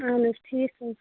اَہَن حظ ٹھیٖک حظ